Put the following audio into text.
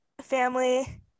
family